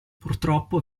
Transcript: purtroppo